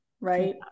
Right